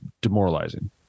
demoralizing